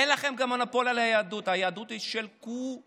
אין לכם מונופול על היהדות, היהדות היא של כולנו.